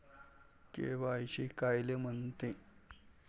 KYC कायले म्हनते?